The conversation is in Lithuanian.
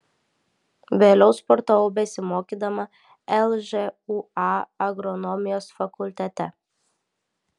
vėliau sportavau besimokydama lžūa agronomijos fakultete